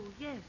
yes